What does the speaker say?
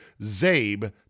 ZABE